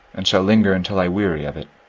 and shall linger until i weary of it.